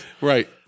right